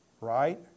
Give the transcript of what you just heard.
Right